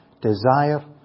desire